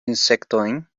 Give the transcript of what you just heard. insektojn